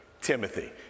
Timothy